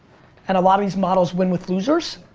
and a lot of these models win with losers.